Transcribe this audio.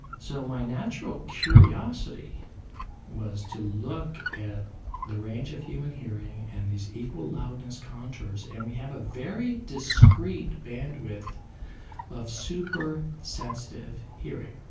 so my natural curiosity was to look at the range of human hearing and these equal-loudness contours. and we have a very discreet bandwidth of super-sensitive hearing,